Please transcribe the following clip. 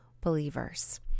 believers